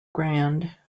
grande